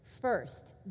First